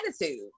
attitude